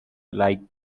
like